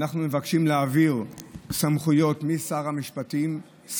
אנחנו מבקשים להעביר סמכויות משר המשפטים,